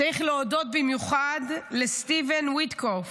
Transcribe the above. צריך להודות במיוחד לסטיבן ויטקוף,